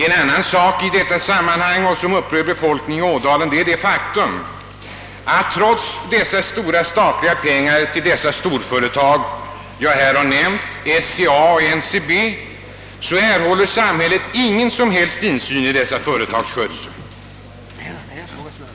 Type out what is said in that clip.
En annan sak som i detta sammanhang upprör befolkningen i Ådalen är det faktum att, trots alla pengar från staten till dessa storföretag som jag här har nämnt, SCA och NCA, samhället inte erhåller någon som helst insyn i dessa företags skötsel.